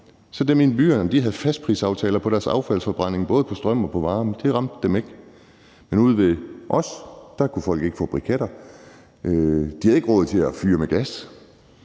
inde i byerne fastprisaftaler på deres affaldsforbrænding, både på strøm og på varme, så det ramte dem ikke. Men ude ved os kunne folk ikke få briketter. De havde ikke råd til at fyre med gas.